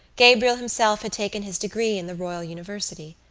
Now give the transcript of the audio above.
gabriel himself had taken his degree in the royal university.